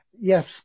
Yes